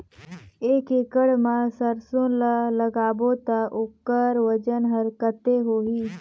एक एकड़ मा सरसो ला लगाबो ता ओकर वजन हर कते होही?